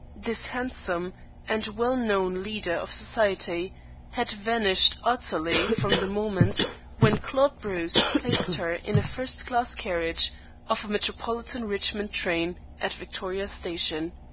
this handsome and well-known leader of society had vanished utterly from the moment when claude bruce placed her in a first-class carriage of a metropolitan richmond train at victoria station.